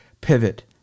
pivot